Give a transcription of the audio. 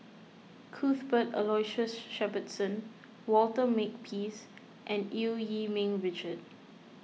Cuthbert Aloysius Shepherdson Walter Makepeace and Eu Yee Ming Richard